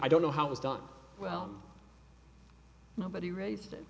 i don't know how it was done well nobody raised it